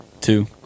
two